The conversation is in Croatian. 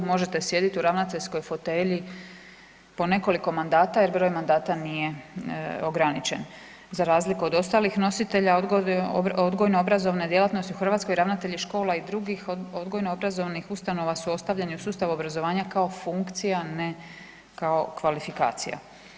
Možete sjediti u ravnateljskoj fotelji po nekoliko mandata, jer broj mandata nije ograničen, za razliku od ostalih nositelja odgojno-obrazovne djelatnosti, ravnatelji škola i drugih odgojno-obrazovnih ustanova su ostavljeni u sustavu obrazovanja kao funkcija, ne kao kvalifikacija.